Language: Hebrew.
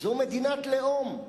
זו מדינת לאום,